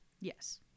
Yes